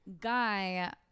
guy